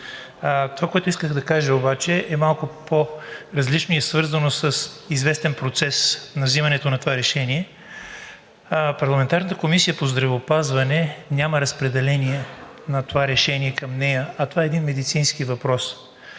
Това, което исках да кажа обаче, е малко по-различно и е свързано с известен процес на взимане на това решение. Парламентарната Комисия по здравеопазване няма разпределение на това решение към нея, а това е един медицински въпрос.